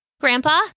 Grandpa